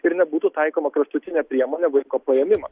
ir nebūtų taikoma kraštutinė priemonė vaiko paėmimas